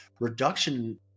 reduction